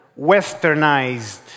westernized